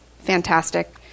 Fantastic